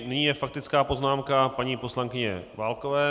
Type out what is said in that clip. Nyní je faktická poznámka paní poslankyně Válkové.